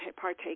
partake